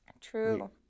True